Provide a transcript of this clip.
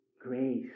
Grace